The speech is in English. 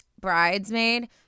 bridesmaid